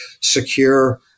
secure